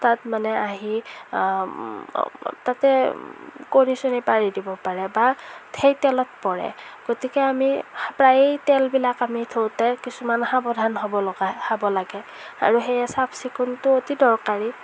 তাত মানে আহি তাতে কণী চণী পাৰি দিব পাৰে বা সেই তেলত পৰে গতিকে আমি প্ৰায়ে তেলবিলাক আমি ধোওঁতে কিছুমান সাৱধান হ'ব লগা হ'ব লাগে আৰু সেয়ে চাফ চিকুণটো অতি দৰকাৰী